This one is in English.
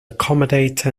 accommodate